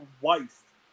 wife